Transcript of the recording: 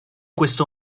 questo